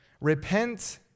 Repent